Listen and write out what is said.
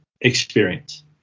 experience